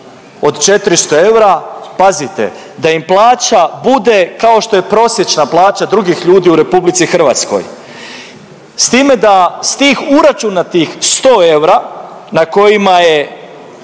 od 400 eura. Pazite, da im plaća bude kao što je prosječna plaća drugih ljudi u RH, s time da s tih uračunatih 100 eura na kojima je